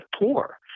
poor